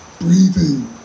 breathing